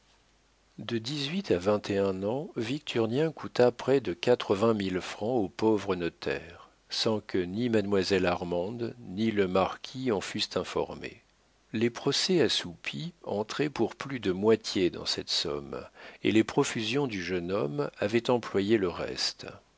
de dix-huit à vingt et un ans victurnien coûta près de quatre-vingt mille francs au pauvre notaire sans que ni mademoiselle armande ni le marquis en fussent informés les procès assoupis entraient pour plus de moitié dans cette somme et les profusions du jeune homme avaient employé le reste